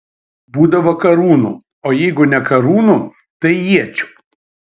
būdavo karūnų o jeigu ne karūnų tai iečių